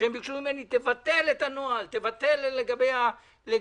הם ביקשנו ממני, תבטל את הנוהל לגבי הודעות.